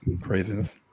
Craziness